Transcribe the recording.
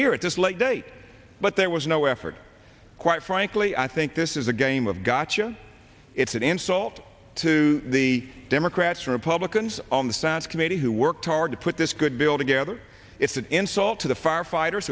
here at this late date but there was no effort quite frankly i think this is a game of gotcha it's an insult to the democrats republicans on the senate committee who worked hard to put this good bill together it's an insult to the firefighters